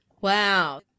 Wow